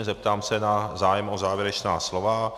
Zeptám se na zájem o závěrečná slova.